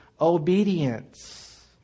obedience